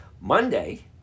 Monday